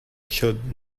should